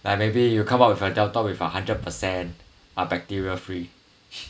like maybe you come up with a delta with a one hundred percent are bacteria free